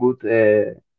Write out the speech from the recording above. good